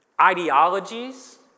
ideologies